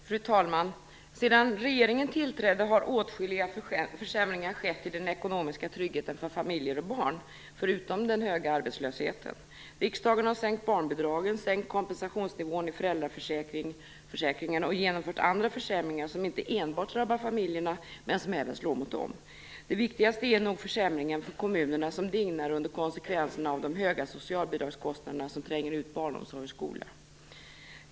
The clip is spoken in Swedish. Fru talman! Sedan regeringen tillträdde har åtskilliga försämringar skett i den ekonomiska tryggheten för familjer och barn - förutom den höga arbetslösheten. Riksdagen har sänkt barnbidragen, sänkt kompensationsnivån i föräldraförsäkringen och genomfört andra försämringar som inte enbart drabbar barnfamiljerna, men som även slår mot dem. Den viktigaste är nog försämringen för kommunerna som dignar under konsekvenserna av de höga socialbidragskostnaderna som tränger ut barnomsorg och skola.